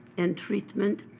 and treatment,